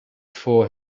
for